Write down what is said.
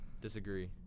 Disagree